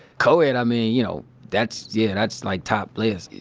co-ed, i mean, you know that's, yeah, that's like top list.